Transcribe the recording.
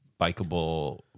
bikeable